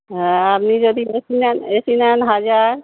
হ্যাঁ আপনি যদি এসি নেন এসি নেন হাজার